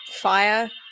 fire